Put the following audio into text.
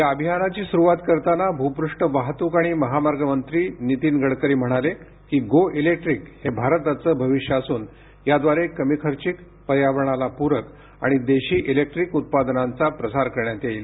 या अभियानाची सुरुवात करताना भूपृष्ठ वाहतुक आणि महामार्ग मंत्री नीतीन गडकरी म्हणाले की गो इलेक्ट्रीक हे भारताचं भविष्य असून याद्वारे कमी खर्चिंक पर्यावरणाला पूरक आणि देशी इलेक्ट्रीक उत्पादनांचा प्रसार करण्यात येईल